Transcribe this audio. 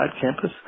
campus